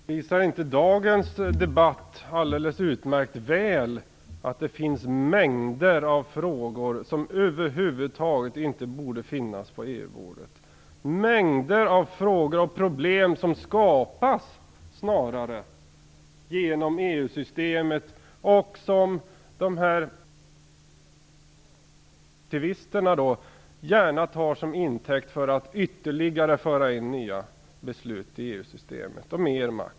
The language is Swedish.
Herr talman! Visar inte dagens debatt alldeles utmärkt väl att det finns mängder av frågor som över huvud taget inte borde finnas på EU-bordet? Det är mängder av frågor och problem som snarare skapas genom EU-systemet och som EU-populisterna gärna tar till intäkt för att föra in ytterligare beslut och mer makt i EU-systemet.